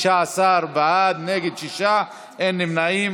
16 בעד, נגד, שישה, אין נמנעים.